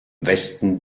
westen